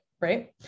right